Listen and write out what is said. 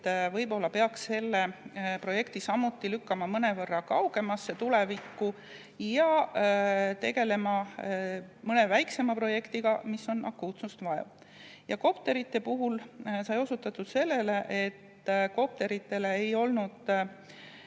et võib-olla peaks selle projekti samuti lükkama mõnevõrra kaugemasse tulevikku ja tegelema mõne väiksema projektiga, mis on [majanduslikult taskukohasem]. Ja kopterite puhul sai osutatud sellele, et kopteritele ei olnud